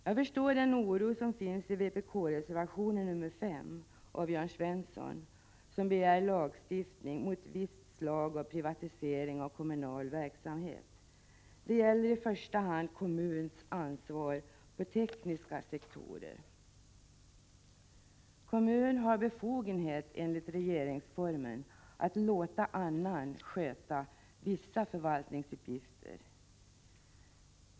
Jag förstår den oro som finns i vpk-reservationen nr 5 av Jörn Svensson, som begär lagstiftning mot visst slag av privatisering av kommunal verksamhet. Det gäller i första hand kommuns ansvar för tekniska sektorer. Kommun har befogenhet enligt regeringsformen att låta annan sköta vissa förvaltningsuppgifter.